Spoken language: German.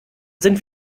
sind